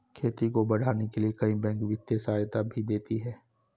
खेती को बढ़ाने के लिए कई बैंक वित्तीय सहायता भी देती है